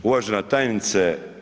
Uvažena tajnice.